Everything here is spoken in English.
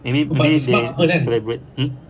maybe maybe they collaborate hmm